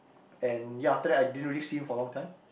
and ya after that I didn't really see you for a long time